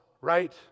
right